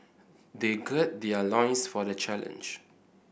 they gird their loins for the challenge